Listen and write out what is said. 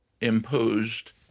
imposed